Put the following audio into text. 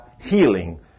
healing